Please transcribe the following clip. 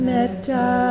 Metta